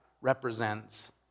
represents